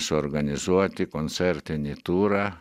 suorganizuoti koncertinį turą